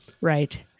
Right